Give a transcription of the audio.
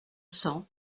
cents